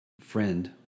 friend